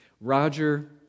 Roger